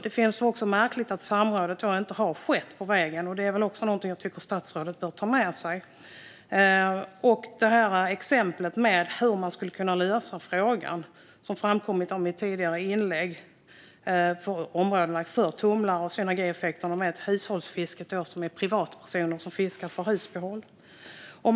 Det är märkligt att samrådet inte har skett på vägen. Det är också någonting jag tycker att statsrådet bör ta med sig. Det finns exempel på hur man skulle kunna lösa frågan, som framkommit av mitt tidigare inlägg. Det handlar om området för tumlare och synergieffekter för hushållsfisket där privatpersoner fiskar för husbehov.